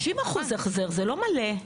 חמישים אחוז החזר, זה לא מלא.